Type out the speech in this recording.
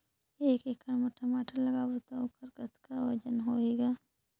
एक एकड़ म टमाटर लगाबो तो ओकर कतका वजन होही ग?